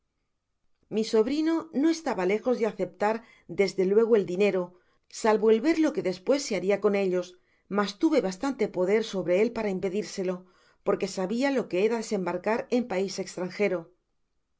mi sobrino no estaba jejos de aceptar desde luego el dinero salvo el ver lo qne despues se haria con ellos mas tnve bastante poder sobre él para impedirselo porque sabia lo que era desembarcar en pais estrangero